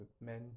men